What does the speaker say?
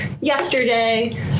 yesterday